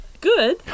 good